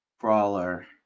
crawler